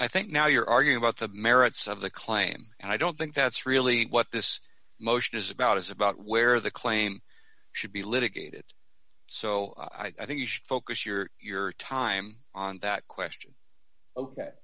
i think now you're arguing about the merits of the claim and i don't think that's really what this motion is about is about where the claim should be litigated so i think you should focus your your time on that question ok